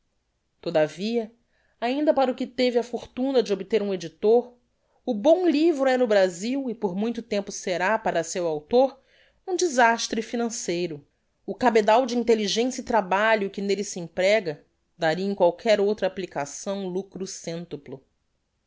todavia ainda para o que teve a fortuna de obter um edictor o bom livro é no brasil e por muito tempo será para seu author um desastre financeiro o cabedal de intelligencia e trabalho que nelle se emprega daria em qualquer outra applicação lucro centuplo